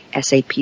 SAP